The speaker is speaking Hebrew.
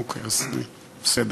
אוקיי, אז אני בסדר.